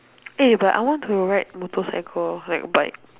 eh but I want to ride motorcycle like bike